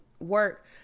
work